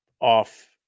off